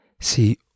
See